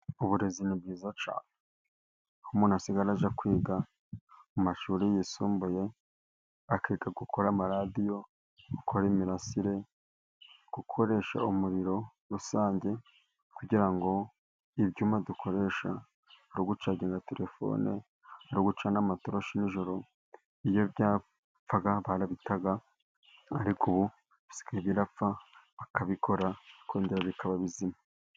Uburezi ni bwiza cyane, umuntu asigaye ajya kwiga mu mashuri yisumbuye, akiga gukora amaradiyo, gukora imirasire, gukoresha umuriro rusange, kugira ngo ibyuma dukoresha no gucaginga terefone, ari ugucana amatoroshi y nijoro, iyo byapfaga barabitaga, ariko ubu bisigaye bipfa bakabikora bikongera bikaba bizima.